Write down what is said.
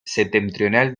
septentrional